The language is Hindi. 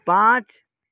पाँच